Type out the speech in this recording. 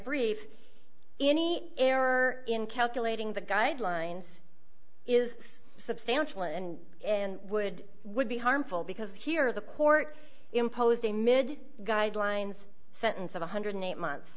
briefs any error in calculating the guidelines is substantial and and would would be harmful because here the court imposed a mid guidelines sentence of one hundred and eight months